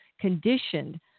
conditioned